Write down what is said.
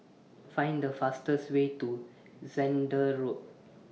Find The fastest Way to Zehnder Road